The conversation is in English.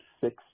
six